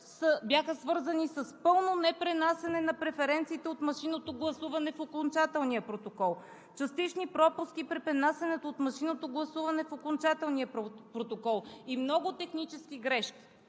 бяха свързани с пълно непренасяне на преференциите от машинното гласуване в окончателния протокол, частични пропуски при пренасянето от машинното гласуване в окончателния протокол и много технически грешки.